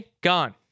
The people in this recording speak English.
gone